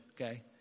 okay